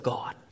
God